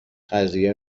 قضیه